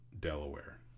delaware